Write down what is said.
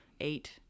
eight